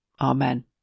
Amen